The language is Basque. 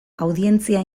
audientzia